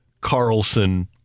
Carlson